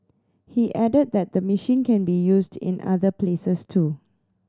he added that the machine can be used in other places too